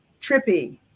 trippy